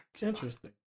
Interesting